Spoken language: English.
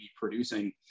producing